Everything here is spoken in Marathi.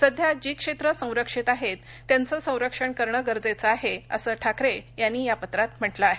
सध्या जी क्षेत्रे संरक्षित आहेत त्यांचं संरक्षण करणे गरजेचं आहे असे ठाकरे यांनी या पत्रात म्हटलं आहे